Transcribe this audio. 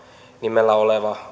nimellä oleva